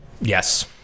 Yes